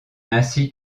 ainsi